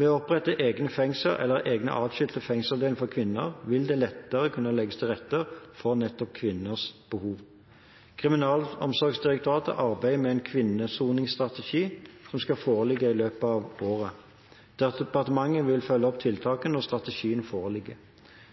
Ved å opprette egne fengsler eller egne atskilte fengselsavdelinger for kvinner vil det lettere kunne legges til rette for nettopp kvinners behov. Kriminalomsorgsdirektoratet arbeider med en kvinnesoningsstrategi som skal foreligge i løpet av året. Departementet vil følge opp tiltakene når strategien foreligger.